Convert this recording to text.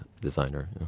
designer